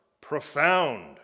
profound